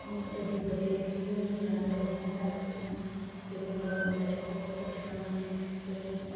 ଯଦି ଗୋଟେ ସ୍କୁଲ୍ ଗାଁ'ରେ ହୁଅନ୍ତା ତେବେ ଭଲ ହୁଅନ୍ତା ଛୋଟ ଛୋଟ ଛୁଆମାନେ ସବୁ ସ୍କୁଲ୍କୁ